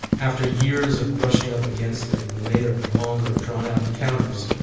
after years of brushing up against it and later, longer, drawn-out encounters,